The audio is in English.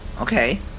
Okay